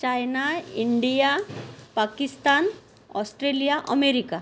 China India Pakistan Australia America